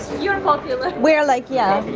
you're popular. we're, like, yeah,